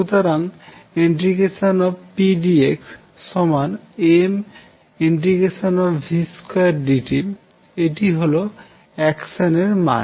সুতরাং ∫pdx m∫v2dt এটি হলো অ্যাকশন এর মান